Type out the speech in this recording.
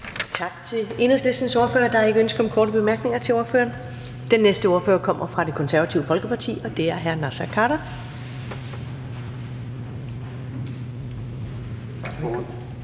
Tak til Enhedslistens ordfører. Der er ikke ønske om korte bemærkninger til ordføreren. Den næste ordfører kommer fra Det Konservative Folkeparti, og det er hr. Naser Khader.